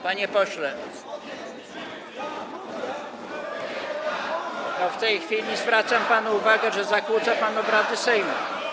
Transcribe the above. Panie pośle, w tej chwili zwracam panu uwagę, że zakłóca pan obrady Sejmu.